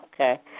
Okay